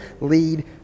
lead